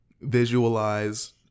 visualize